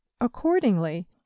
Accordingly